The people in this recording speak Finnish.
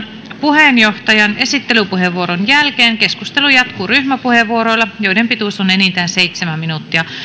puheenjohtajan esittelypuheenvuoron jälkeen keskustelu jatkuu ryhmäpuheenvuoroilla joiden pituus on enintään seitsemän minuuttia